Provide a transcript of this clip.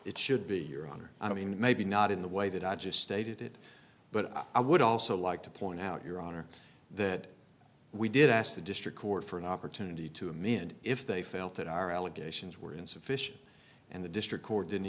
it should be your honor i mean maybe not in the way that i just stated it but i would also like to point out your honor that we did ask the district court for an opportunity to amend if they felt that our allegations were insufficient and the district court didn't